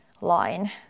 line